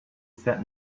said